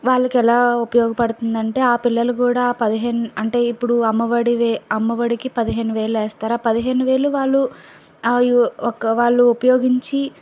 వాళ్లకి ఎలా ఉపయోగపడుతుందంటే ఆ పిల్లలు కూడా పదిహేను అంటే ఇప్పుడు అమ్మఒడి అమ్మఒడికి పదిహేను వేలు వేస్తారు ఆ పదిహేను వేలు వాళ్ళు ఆ యొ ఒక్క వాళ్ళు ఉపయోగించి